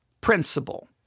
principle